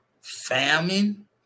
famine